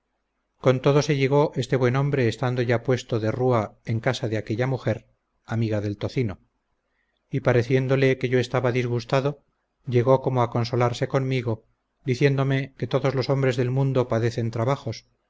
con todo se llegó este buen hombre estando ya puesto de rúa en casa de aquella mujer amiga del tocino y pareciéndole que yo estaba disgustado llegó como a consolarse conmigo diciéndome que todos los hombres del mundo padecen trabajos